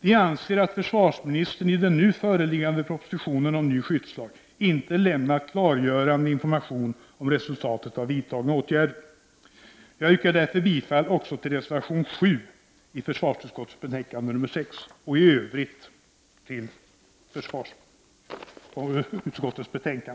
Vi anser att försvarsministern i den nu föreliggande propositionen om ny skyddslag inte lämnat klargörande information om resultatet av vidtagna åtgärder. Jag yrkar därför bifall också till reservation 7 vid försvarsutskottets betänkande nr 6. I övrigt yrkar jag bifall till utskottets hemställan.